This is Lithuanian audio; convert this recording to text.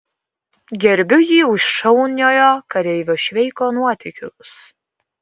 gerbiu jį už šauniojo kareivio šveiko nuotykius